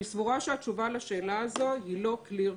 אני סבורה שהתשובה לשאלה הזו היא לא clear-cut.